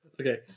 Okay